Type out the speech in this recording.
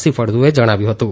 C ફળદુએ જણાવ્યું હતું